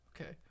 Okay